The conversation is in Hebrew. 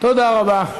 תודה רבה.